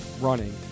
running